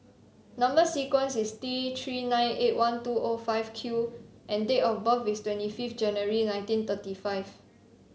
number sequence is T Three nine eight one two O five Q and date of birth is twenty five January nineteen thirty five